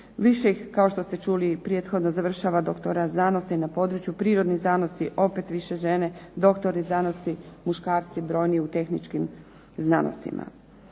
više ih kao što ste čuli i prethodno završava doktorat znanosti na području prirodnih znanosti opet više žene, doktori znanosti, muškarci brojni u tehničkim znanostima.